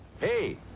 Hey